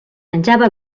menjava